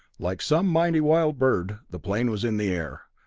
like some mighty wild bird, the plane was in the air,